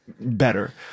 better